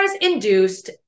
induced